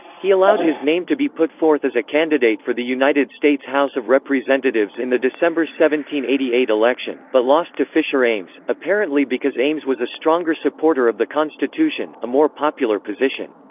he allowed his name to be put forth as a candidate for the united states house of representatives in the december eighty eight election, but lost to fisher ames, apparently because ames was a stronger supporter of the constitution, a more popular position.